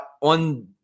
on